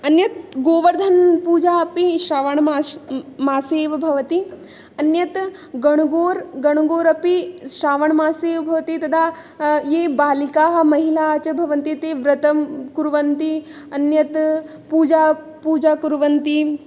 अन्यत् गोवर्धनपूजा अपि श्रावणमासे मासे एव भवति अन्यत् गणगौर् गणगौर् अपि श्रावणमासे एव भवति तदा ये बालिकाः महिलाः च भवन्ति ते व्रतं कुर्वन्ति अन्यत् पूजां पूजां कुर्वन्ति